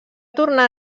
tornar